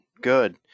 good